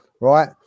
right